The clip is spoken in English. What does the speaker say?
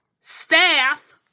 staff